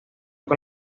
con